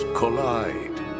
collide